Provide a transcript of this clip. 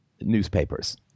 newspapers